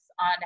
on